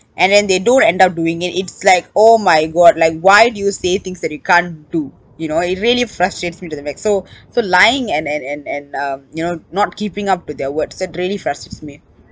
and then they don't end up doing it's like oh my god like why do you say things that you can't do you know it really frustrates me to the max so so lying and and and and um you know not keeping up with their words that really frustrates me